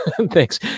Thanks